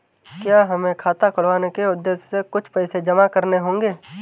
क्या हमें खाता खुलवाने के उद्देश्य से कुछ पैसे जमा करने होंगे?